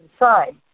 inside